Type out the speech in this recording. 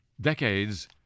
decades